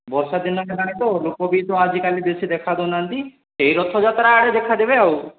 ବର୍ଷା ଦିନ ହେଲାଣି ତ ଲୋକ ବି ତ ଆଜିକାଲି ବେଶୀ ଦେଖା ଦୋଉନାହାନ୍ତି ଏଇ ରଥଯାତ୍ରା ଆଡ଼େ ଦେଖାଦେବେ ଆଉ